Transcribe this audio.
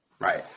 Right